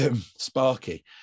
Sparky